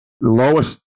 lowest